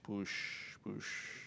push push